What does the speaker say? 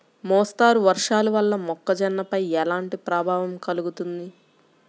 మోస్తరు వర్షాలు వల్ల మొక్కజొన్నపై ఎలాంటి ప్రభావం కలుగుతుంది?